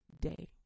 day